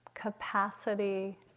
capacity